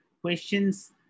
question's